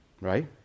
Right